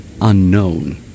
unknown